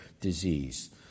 disease